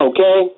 Okay